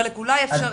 חלק אולי אפשריים,